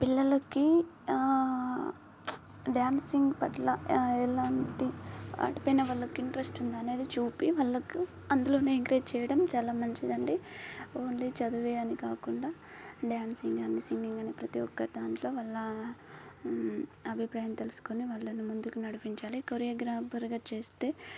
పిల్లలకి డ్యాన్సింగ్ పట్ల ఎలాంటి వాటిపైన వాళ్ళకి ఇంట్రెస్ట్ ఉందనేది చూపి వాళ్ళకు అందులోనే ఎంకరేజ్ చేయడం చాలా మంచిదండి ఓన్లీ చదివే అని కాకుండా డ్యాన్సింగ్ కానీ సింగింగ్ కానీ ప్రతీ ఒక్క దాంట్లో వాళ్ళ అభిప్రాయం తెలుసుకుని వాళ్ళని ముందుకు నడిపించాలి కొరియోగ్రాఫర్గా చేస్తే